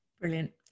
Brilliant